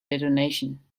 detonation